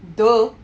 !duh!